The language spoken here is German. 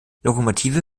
lokomotive